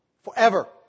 forever